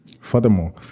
Furthermore